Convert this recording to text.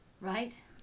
Right